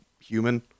human